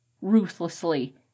Ruthlessly